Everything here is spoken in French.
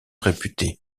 réputé